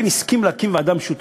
ורבין הסכים להקים ועדה משותפת.